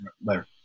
later